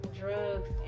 drugs